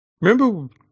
remember